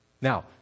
Now